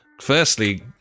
firstly